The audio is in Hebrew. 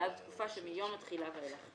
בעד התקופה שמיום התחילה ואילך.